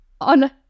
on